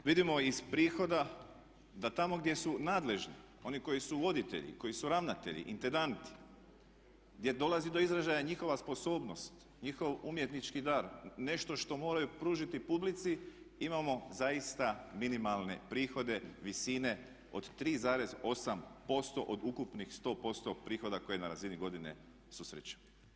Vidimo iz prihoda da tamo gdje su nadležni oni koji su voditelji, koji su ravnatelji, intendanti, gdje dolazi do izražaja njihova sposobnost, njihov umjetnički dar, nešto što moraju pružiti publici imamo zaista minimalne prihode visine od 3,8% od ukupnih 100% prihoda koje na razini godine susreću.